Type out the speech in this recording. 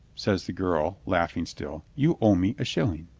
says the girl, laughing still, you owe me a shilling.